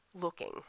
looking